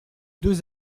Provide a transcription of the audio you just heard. deux